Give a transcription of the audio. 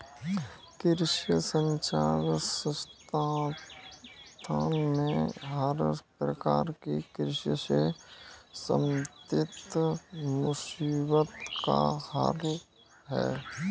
कृषि संचार संस्थान में हर प्रकार की कृषि से संबंधित मुसीबत का हल है